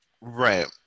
Right